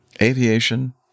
Aviation